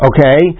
Okay